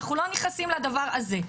אנחנו לא נכנסים לדבר הזה.